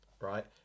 right